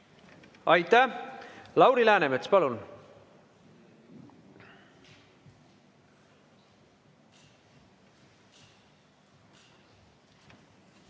Aitäh! Lauri Läänemets, palun!